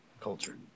culture